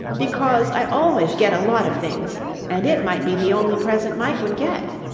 because i always get a lot of things and it might be the only present mike would get.